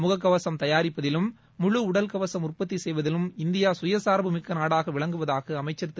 முகக்கவசம் தயாரிப்பதிலும் முழு உடல் கவசம் உற்பத்தி செய்வதிலும் இந்தியா சுயசார்பு மிக்க நாடாக விளங்குவதாக அமைச்சர் திரு